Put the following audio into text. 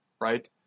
right